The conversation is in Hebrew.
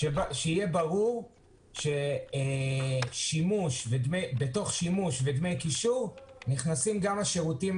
שבתוך שימוש ודמי קישור נכנסים גם השירותים